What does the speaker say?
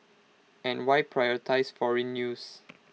and why prioritise foreign news